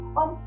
on